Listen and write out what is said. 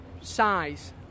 size